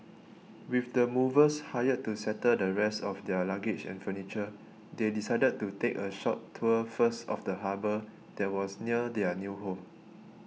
with the movers hired to settle the rest of their luggage and furniture they decided to take a short tour first of the harbour that was near their new home